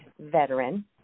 veteran